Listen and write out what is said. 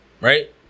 Right